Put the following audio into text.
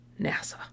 NASA